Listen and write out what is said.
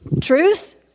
Truth